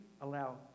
allow